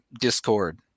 discord